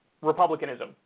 Republicanism